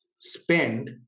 spend